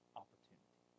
opportunity